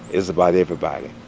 it's about everybody.